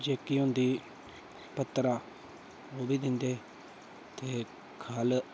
जेह्की होंदी ऐ पत्तरा ओह् बी दिन्ने ते खल